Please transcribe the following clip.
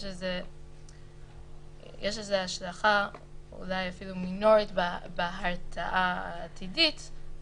יש לזה השלכה אולי אפילו מינורית בהרתעה העתידית.